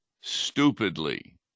stupidly